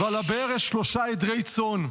על הבאר יש שלושה עדרי צאן,